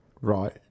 Right